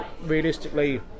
realistically